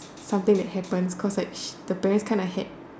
something that happens cause like she the parent's kind of had